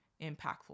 impactful